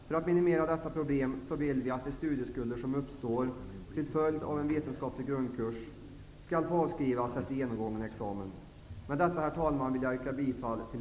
För att minimera detta problem vill vi att de studieskulder som uppstår till följd av en vetenskaplig grundkurs skall få avskrivas efter genomgången examen. Med detta, herr talman, yrkar jag bifall till